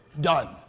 done